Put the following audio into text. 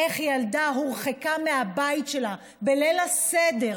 איך ילדה הורחקה מהבית שלה בליל הסדר,